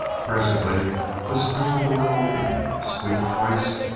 presently the screen door opened, squeaked twice,